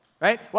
Right